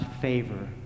favor